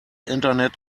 internet